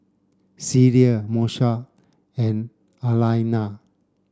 Cecil Moesha and Alaina